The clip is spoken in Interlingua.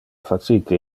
facite